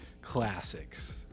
Classics